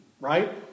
right